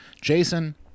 Jason